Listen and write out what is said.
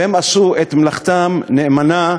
והם עשו את מלאכתם נאמנה.